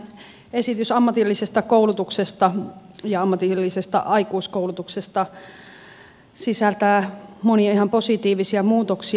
tämä esitys ammatillisesta koulutuksesta ja ammatillisesta aikuiskoulutuksesta sisältää monia ihan positiivisia muutoksia